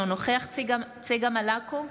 אינו נוכח צגה מלקו,